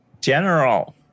General